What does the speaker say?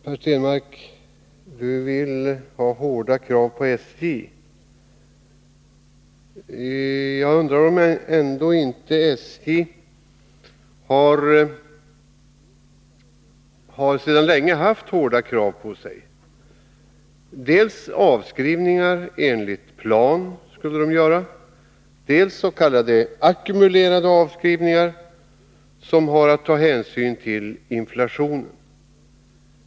Herr talman! Per Stenmarck vill ha hårda krav på SJ. Jag undrar om inte SJ sedan länge har haft hårda krav på sig. Man skulle göra dels avskrivningar enligt plan, dels s.k. ackumulerade avskrivningar, som har att ta hänsyn till inflationen.